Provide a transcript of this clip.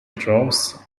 draws